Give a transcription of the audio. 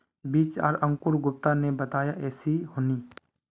बीज आर अंकूर गुप्ता ने बताया ऐसी होनी?